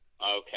Okay